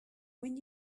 when